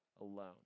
alone